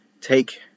take